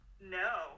No